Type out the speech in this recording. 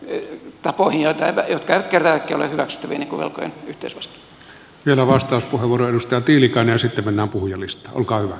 elli tapa hyökätä yk käytti lääkkeelle mennä tällaisiin tapoihin jotka eivät kerta kaikkiaan ole hyväksyttäviä niin kuin velkojen yhteisvastuu